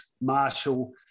Marshall